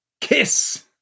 Kiss